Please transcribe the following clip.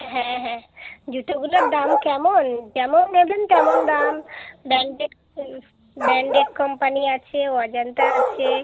হ্যাঁ হ্যাঁ জুতোগুলোর দাম কেমন যেমন নেবেন তেমন দাম ব্র্যান্ডেড ব্র্যান্ডেড কোম্পানি আছে অজন্তা আছে